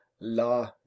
La